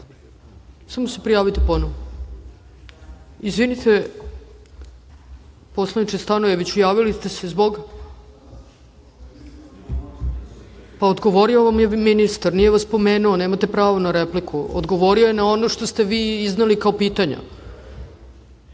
Zagorka Aleksić. Izvolite. Izvinite poslaniče Stanojeviću, javili ste se zbog? Odgovorio vam je ministar. Nije vas spomenuo. Nemate pravo na repliku. Odgovorio je na ono što ste vi izneli kao pitanja.